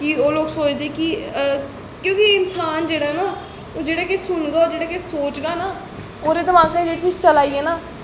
ओह् लोग सोचदे कि दिक्खो इंसान जेह्ड़ा ना ओह् जेह्ड़ा किश सुनदा जेह्ड़ा किश सोचदा ना ओह्दे दमाका च जो चीज़ चला करदी ऐ ना